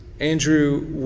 Andrew